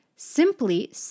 simply